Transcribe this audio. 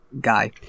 guy